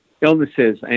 illnesses